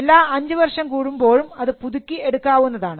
എല്ലാ 5 വർഷം കൂടുമ്പോഴും അത് പുതുക്കി എടുക്കാവുന്നതാണ്